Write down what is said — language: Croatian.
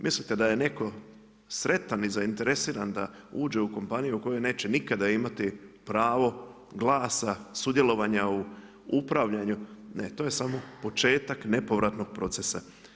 Mislite da je netko sretan i zainteresiran da uđe u kompaniju u kojoj neće nikada imati pravo glasa sudjelovanja u upravljanju, jer to je samo početak nepovratnog procesa.